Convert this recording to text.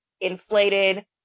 inflated